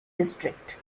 district